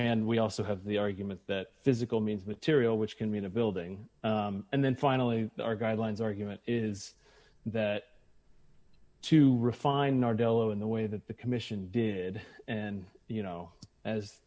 hand we also have the argument that physical means material which can mean a building and then finally they are guidelines argument is that to refine our delo in the way that the commission did and you know as